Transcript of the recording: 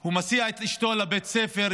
הוא הסיע את אשתו לבית ספר,